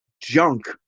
junk